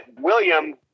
William